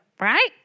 Right